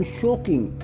shocking